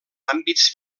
àmbits